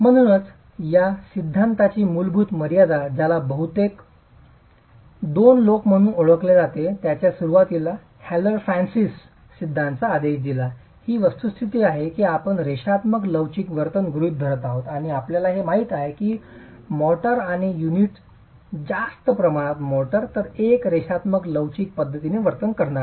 म्हणूनच या सिद्धांताची मूलभूत मर्यादा ज्याला बहुतेकदा दोन लोक म्हणून ओळखले जाते ज्यांनी सुरुवातीला हॅलर फ्रान्सिस सिद्धांताचा संदेश दिला ही वस्तुस्थिती आहे की आपण रेषात्मक लवचिक वर्तन गृहित धरत आहोत आणि आपल्याला हे माहित आहे की मोर्टार आणि युनिट जास्त प्रमाणात मोर्टार एक रेषात्मक लवचिक पद्धतीने वर्तन करणार नाही